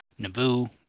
Naboo